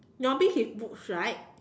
novice is books right